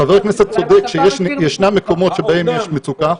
--- חבר הכנסת צודק שישנם מקומות שבהם יש מצוקה,